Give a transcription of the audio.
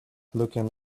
looking